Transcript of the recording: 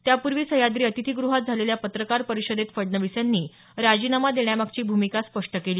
त्यापूर्वी सह्याद्री अतिथीगृहात झालेल्या पत्रकार परिषदेत फडणवीस यांनी राजीनामा देण्यामागची भूमिका स्पष्ट केली